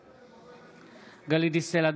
בעד גלית דיסטל אטבריאן,